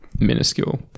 minuscule